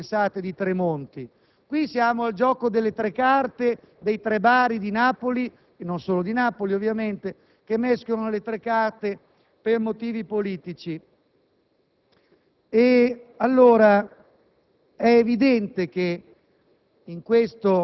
È una contabilità creativa che fa impallidire quello che pensate di Tremonti: qui siamo al gioco delle tre carte dei tre bari di Napoli (e non solo di Napoli, ovviamente), che le mescolano per motivi politici.